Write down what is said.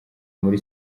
muri